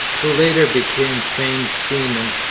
who later became famed seamen,